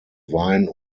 wein